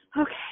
Okay